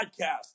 Podcast